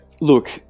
look